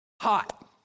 Hot